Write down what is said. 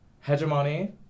hegemony